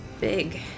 Big